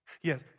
Yes